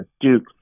Duke